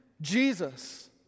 Jesus